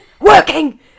Working